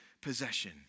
possession